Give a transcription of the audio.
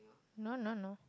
no no no